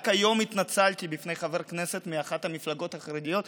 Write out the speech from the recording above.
רק היום התנצלתי בפני חבר כנסת מאחת המפלגות החרדיות,